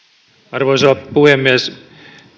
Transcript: arvoisa puhemies